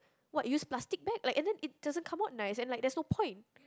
what use plastic bag like and then it doesn't come out nice and like there's no point